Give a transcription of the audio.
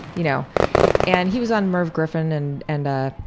you know and he was on merv griffin and and ah